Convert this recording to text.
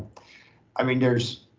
i mean, there's,